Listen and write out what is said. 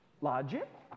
logic